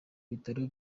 bitaro